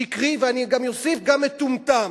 שקרי, ואני גם אוסיף, גם מטומטם.